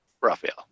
Raphael